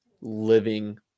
living